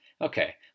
Okay